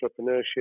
entrepreneurship